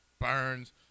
Burns